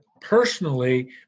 personally